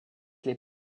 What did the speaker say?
les